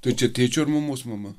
tai čia tėčio ar mamos mama